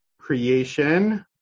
creation